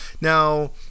Now